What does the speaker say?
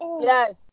Yes